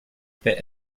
fit